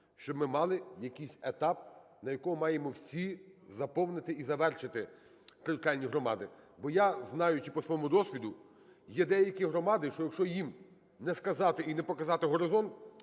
щоб ми мали який етап, на якому маємо всі заповнити і завершити територіальні громади. Бо я, знаючи по своєму досвіду, є деякі громади, що якщо їм не сказати і не показати горизонт,